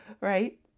right